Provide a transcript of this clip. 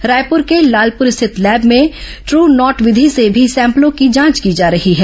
रायपुर के लालपुर स्थित लैब में ट्र नॉट विधि से भी सैंपलों की जांच की जा रही है